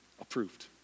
approved